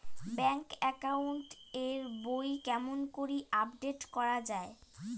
Bank account এর বই কেমন করি আপডেট করা য়ায়?